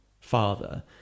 father